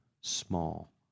small